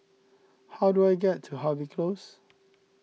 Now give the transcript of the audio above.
how do I get to Harvey Close